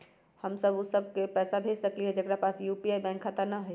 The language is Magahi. हम उ सब लोग के पैसा भेज सकली ह जेकरा पास यू.पी.आई बैंक खाता न हई?